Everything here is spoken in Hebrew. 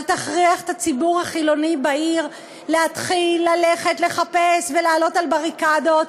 אל תכריח את הציבור החילוני בעיר להתחיל ללכת לחפש ולעלות על בריקדות,